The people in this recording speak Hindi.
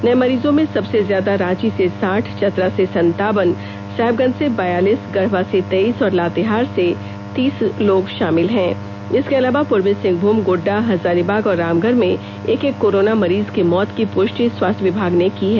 नए मरीजों में सबसे ज्यादा रांची से साठ चतरा से संतावन साहेबगंज से बयालीस गढ़वा से तेईस और लातेहार से तीस लोग शामिल हैं इसके अलावा पूर्वी सिंहभूम गोड्डा हजारीबाग और रामगढ़ में एक एक कोरोना मरीज के मौत की पुष्टि स्वास्थ्य विभाग ने की हैं